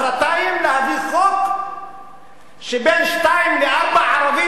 מחרתיים להביא חוק שבין 14:00 ל-16:00 ערבים,